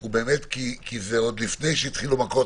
כי זה עוד לפני שהתחילו מכות,